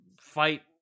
fight